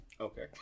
Okay